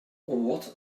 what